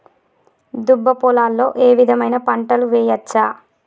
దుబ్బ పొలాల్లో ఏ విధమైన పంటలు వేయచ్చా?